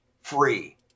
free